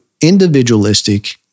individualistic